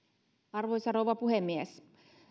arvoisa rouva puhemies